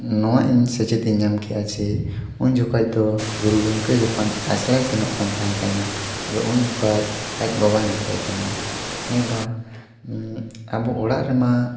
ᱱᱚᱣᱟ ᱤᱧ ᱥᱮᱪᱮᱫ ᱤᱧ ᱧᱟᱢ ᱠᱮᱫᱟ ᱡᱮ ᱩᱱᱡᱚᱠᱷᱟᱡ ᱫᱚ ᱜᱩᱨᱩ ᱜᱚᱢᱠᱮ ᱡᱚᱠᱷᱚᱱ ᱟᱥᱲᱟᱭ ᱥᱮᱱᱚᱜ ᱠᱟᱱ ᱛᱟᱦᱮᱫ ᱠᱟᱱᱟ ᱟᱫᱚ ᱩᱱ ᱡᱚᱠᱷᱟᱡ ᱟᱡ ᱵᱟᱵᱟᱭ ᱢᱮᱛᱟᱭ ᱠᱟᱱᱟ ᱦᱮᱸᱵᱟ ᱟᱵᱚ ᱚᱲᱟᱜ ᱨᱮᱢᱟ